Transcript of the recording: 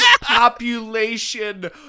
population